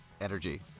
energy